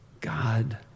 God